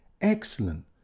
Excellent